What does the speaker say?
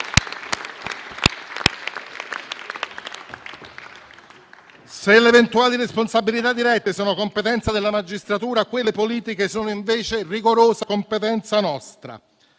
Se le eventuali responsabilità dirette sono competenza della magistratura, quelle politiche sono invece rigorosa competenza nostra.